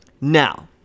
Now